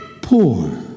poor